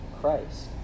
Christ